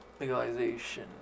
Legalization